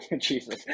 Jesus